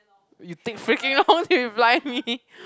you take freaking long to reply me